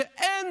שאין